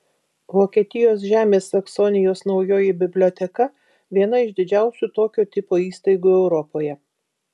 vokietijos žemės saksonijos naujoji biblioteka viena iš didžiausių tokio tipo įstaigų europoje